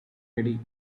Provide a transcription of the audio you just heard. ready